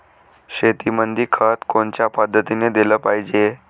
शेतीमंदी खत कोनच्या पद्धतीने देलं पाहिजे?